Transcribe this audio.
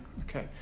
okay